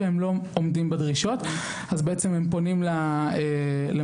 הם לא עומדים בדרישות ואז הם פונים למוסד